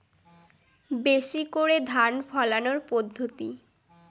বেশি করে ধান ফলানোর পদ্ধতি?